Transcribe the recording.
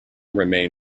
remain